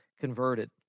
converted